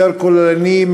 יותר כוללני,